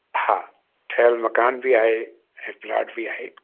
हा ठहियल मकान बि आहे ऐं प्लाट बि आहे